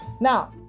Now